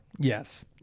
yes